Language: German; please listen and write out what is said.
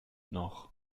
noch